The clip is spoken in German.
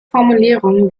formulierungen